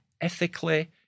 ethically